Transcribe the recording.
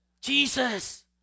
Jesus